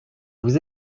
vous